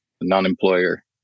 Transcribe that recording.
non-employer